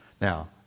Now